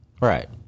Right